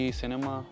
cinema